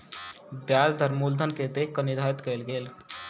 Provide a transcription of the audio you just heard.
ब्याज दर मूलधन के देख के निर्धारित कयल गेल